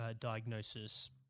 diagnosis